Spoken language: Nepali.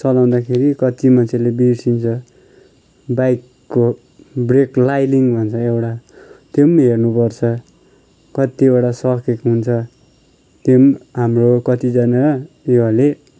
चलाउँदाखेरि कति मान्छेले बिर्सिन्छ बाइकको ब्रेक लाइलिङ्ग भन्छ एउटा त्यो पनि हेर्नु पर्छ कतिवटा सकेको हुन्छ त्यो पनि हाम्रो कतिजना युवाले